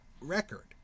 record